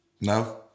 No